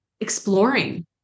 exploring